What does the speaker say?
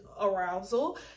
arousal